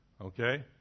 Okay